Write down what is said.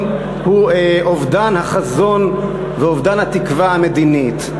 היא אובדן החזון ואובדן התקווה המדינית.